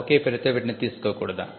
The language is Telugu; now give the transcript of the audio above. ఒకే పేరుతో వీటిని తీసుకోకూడదా